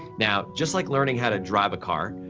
now, just like learning how to drive a car,